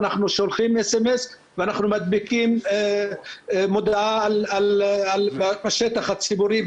אנחנו שולחיםSMS ואנחנו מדביקים מודעה בשטח הציבורי,